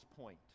point